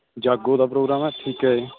ਜਾਗੋ ਦਾ ਪ੍ਰੋਗਰਾਮ ਹੈ ਠੀਕ ਹੈ